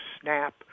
snap